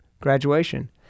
graduation